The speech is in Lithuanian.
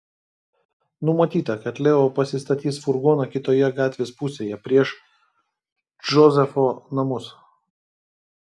numatyta kad leo pasistatys furgoną kitoje gatvės pusėje prieš džozefo namus